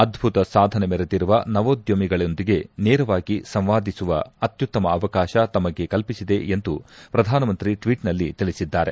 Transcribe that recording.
ಅದ್ದುತ ಸಾಧನೆ ಮೆರೆದಿರುವ ನವೋದ್ಯಮಿಗಳೊಂದಿಗೆ ನೇರವಾಗಿ ಸಂವಾದಿಸುವ ಅತ್ಯುತ್ತಮ ಅವಕಾಶ ತಮಗೆ ಕಲ್ಪಿಸಿದೆ ಎಂದು ಪ್ರಧಾನಮಂತ್ರಿ ಟ್ವೀಟ್ನಲ್ಲಿ ತಿಳಿಸಿದ್ದಾರೆ